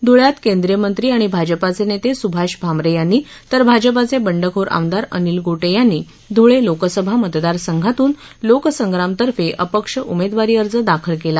धुळ्यात माजी मंत्री आणि भाजपचे नेते सुभाष भामरे यांनी तर भाजपचे बंडखोर आमदार अनिल गोटे यांनी धुळे लोकसभा मतदार संघातून लोकसंग्राम तर्फे अपक्ष उमेदवारी अर्ज दाखल केला